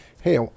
hey